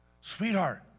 sweetheart